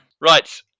right